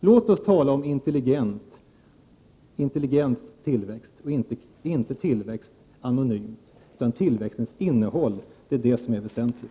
Låt oss tala om intelligent tillväxt, inte om tillväxt anonymt utan om tillväxtens innehåll. Det är det som är väsentligt.